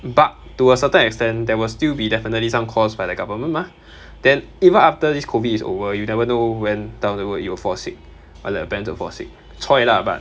but to a certain extent there will still be definitely some cause by the government mah then even after this COVID is over you never know when down the road you will fall sick or like plan to fall sick choy lah but